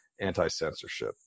anti-censorship